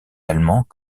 allemands